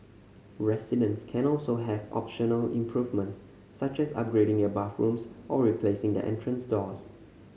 residents can also have optional improvements such as upgrading their bathrooms or replacing their entrance doors